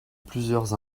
plusieurs